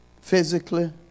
physically